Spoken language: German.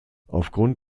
aufgrund